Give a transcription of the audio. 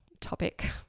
topic